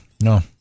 No